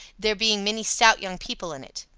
there being many stout young people in it.